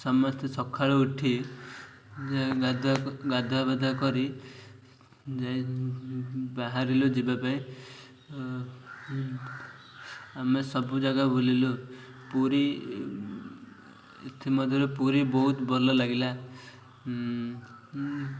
ସମସ୍ତେ ସକାଳୁ ଉଠି ଗାଧୁଆ ଗାଧୁଆ ପାଧୁଆ କରି ଯାଇ ବାହାରିଲୁ ଯିବା ପାଇଁ ଆମେ ସବୁ ଜାଗା ବୁଲିଲୁ ପୁରୀ ଏଥିମଧ୍ୟରୁ ପୁରୀ ବହୁତ ଭଲ ଲାଗିଲା